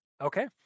okay